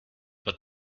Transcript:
but